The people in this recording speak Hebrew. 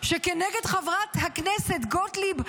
שכנגד חברת הכנסת גוטליב,